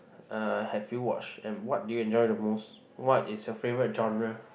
uh have you watched and what do you enjoy the most what is your favourite genre